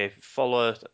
Follow